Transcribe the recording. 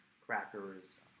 crackers